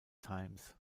times